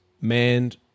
manned